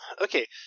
Okay